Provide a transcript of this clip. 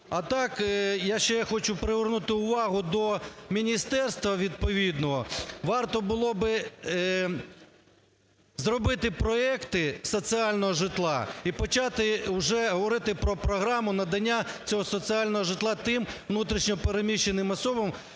А так ще я хочу привернути увагу до міністерства відповідного. Варто було би зробити проекти соціального житла і почати уже говорити про програму надання цього соціального житла тим внутрішньо переміщеним особам,